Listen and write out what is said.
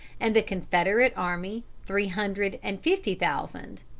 and the confederate army three hundred and fifty thousand.